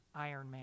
Ironman